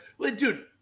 Dude